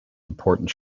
important